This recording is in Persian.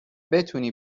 بتونی